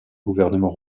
gouvernement